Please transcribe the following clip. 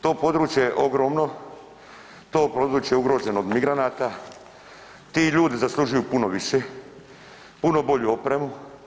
To područje je ogromno, to je područje ugroženo od migranata, ti ljudi zaslužuju puno više, puno bolju opremu.